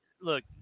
look